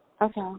Okay